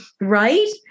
right